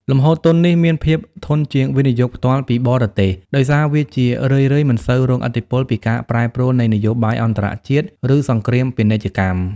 លំហូរទុននេះមានភាពធន់ជាង វិនិយោគផ្ទាល់ពីបរទេស ដោយសារវាជារឿយៗមិនសូវរងឥទ្ធិពលពីការប្រែប្រួលនៃនយោបាយអន្តរជាតិ ឬសង្គ្រាមពាណិជ្ជកម្ម។